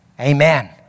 Amen